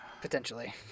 Potentially